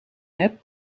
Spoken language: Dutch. hebt